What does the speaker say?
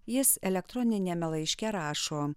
jis elektroniniame laiške rašo